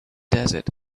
desert